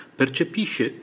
percepisce